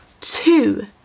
two